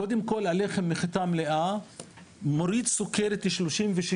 קודם כל הלחם מחיטה מלאה מוריד סוכרת ב-36%,